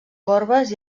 corbes